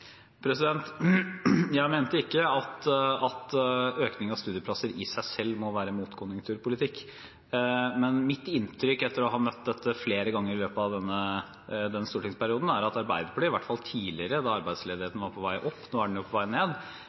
Jeg mente ikke at økningen av studieplasser i seg selv er en motkonjunkturpolitikk. Mitt inntrykk etter å ha møtt dette flere ganger i løpet av denne stortingsperioden er at Arbeiderpartiet i hvert fall tidligere, da arbeidsledigheten var på vei opp – nå er den jo på vei ned